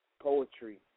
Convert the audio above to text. poetry